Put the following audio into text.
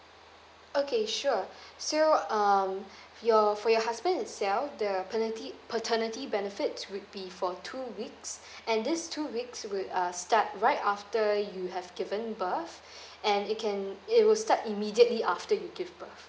okay sure so um your for your husband itself the paternity paternity benefits would be for two weeks and this two weeks will uh start right after you have given birth and it can it will start immediately after you give birth